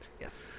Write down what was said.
Yes